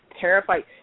Terrified